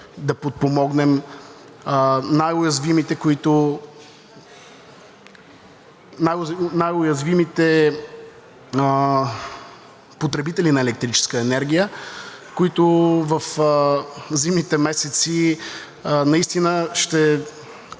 да подпомогнем най-уязвимите потребители на електрическа енергия, които в зимните месеци наистина ще усетят